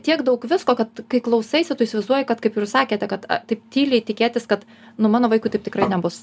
tiek daug visko kad kai klausaisi tu įsivaizduoji kad kaip ir jūs sakėte kad taip tyliai tikėtis kad nu mano vaikui taip tikrai nebus